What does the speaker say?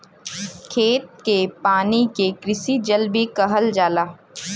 खेत के पानी के कृषि जल भी कहल जाला